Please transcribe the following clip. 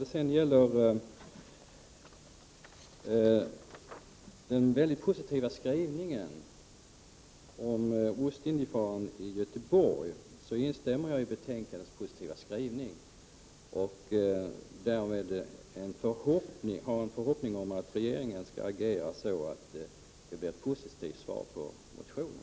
Jag instämmer i den mycket positiva skrivning som finns i betänkandet om Ostindiefararen Götheborg. Jag har därmed en förhoppning om att regeringen skall agera så att det blir ett positivt resultat av motionen.